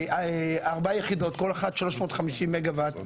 ארבע יחידות, כל אחת 350 מגה ואט.